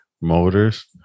motors